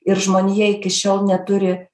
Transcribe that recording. ir žmonija iki šiol neturi